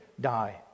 die